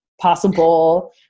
possible